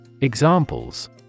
Examples